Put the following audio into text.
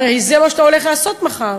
הרי זה מה שאתה הולך לעשות מחר.